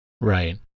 Right